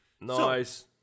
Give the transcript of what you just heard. nice